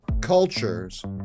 cultures